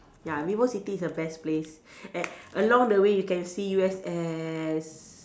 ya VivoCity is the best place and along the way you can see U_S_S